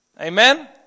amen